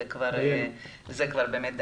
זה כבר באמת דיינו,